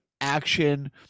action